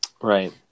Right